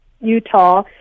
Utah